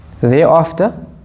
thereafter